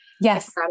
yes